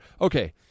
okay